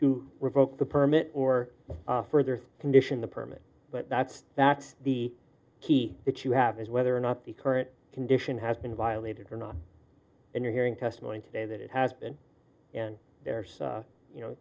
to revoke the permit or further condition the permit but that's that the key that you have is whether or not the current condition has been violated or not and you're hearing testimony today that it has been in there so you know